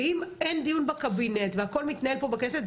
ואם אין דיון בקבינט והכל מתנהל פה בכנסת,